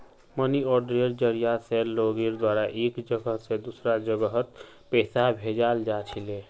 money आर्डरेर जरिया स लोगेर द्वारा एक जगह स दूसरा जगहत पैसा भेजाल जा छिले